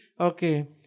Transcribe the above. okay